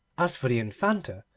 as for the infanta,